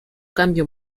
cambio